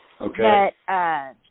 Okay